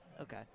Okay